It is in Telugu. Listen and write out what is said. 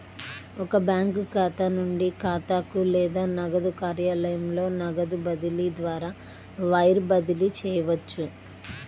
ఒక బ్యాంకు ఖాతా నుండి ఖాతాకు లేదా నగదు కార్యాలయంలో నగదు బదిలీ ద్వారా వైర్ బదిలీ చేయవచ్చు